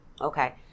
Okay